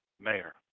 mayor